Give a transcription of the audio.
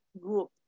group